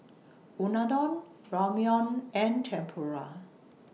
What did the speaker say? Unadon Ramyeon and Tempura